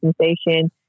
sensation